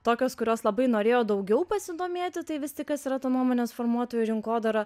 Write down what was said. tokios kurios labai norėjo daugiau pasidomėti tai vis tik kas yra ta nuomonės formuotojų rinkodara